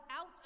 out